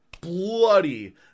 bloody